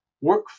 work